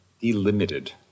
delimited